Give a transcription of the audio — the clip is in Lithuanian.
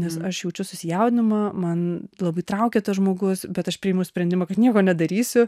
nes aš jaučiu susijaudinimą man labai traukia tas žmogus bet aš priimu sprendimą kad nieko nedarysiu